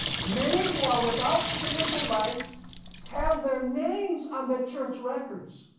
many who are without spiritual life have their names on the church records,